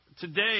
today